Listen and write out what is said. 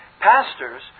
pastors